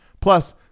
Plus